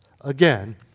Again